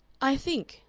i think,